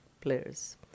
players